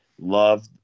love